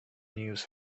news